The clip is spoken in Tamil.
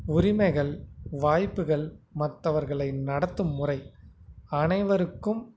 உரிமைகள் வாய்ப்புகள் மற்றவர்களை நடத்தும் முறை அனைவருக்கும்